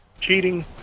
Cheating